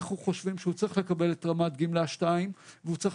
אנחנו חושבים שהוא צריך לקבל את רמת גמלה 2 והוא צריך